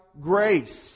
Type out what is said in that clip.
grace